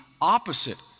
opposite